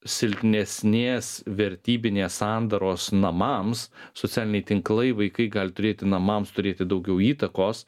silpnesnės vertybinės sandaros namams socialiniai tinklai vaikai gali turėti namams turėti daugiau įtakos